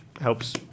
Helps